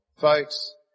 Folks